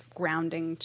grounding